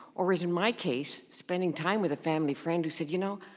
or as in my case, spending time with a family friend who said you know,